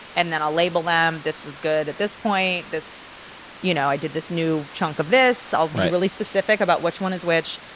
and then i'll label them, this was good at this point, you know i did this new chunk of this, i'll be really specific about which one is which.